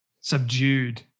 subdued